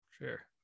sure